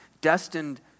destined